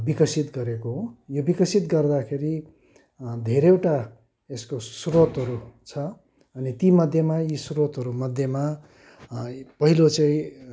विकसित गरेको हो यो विकसित गर्दाखेरि धेरैवटा यसको स्रोतहरू छ अनि तीमध्येमा यी स्रोतहरू मध्येमा पहिलो चाहिँ